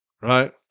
right